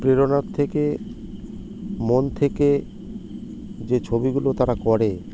প্রেরণার থেকে মন থেকে যে ছবিগুলো তারা করে